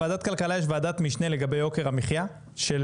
לוועדת כלכלה יש ועדת משנה לגבי יוקר המחייה של